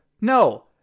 No